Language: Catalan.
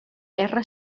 guerra